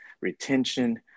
retention